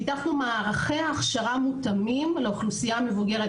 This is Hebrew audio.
פיתחנו מערכי הכשרה מותאמים לאוכלוסייה המבוגרת.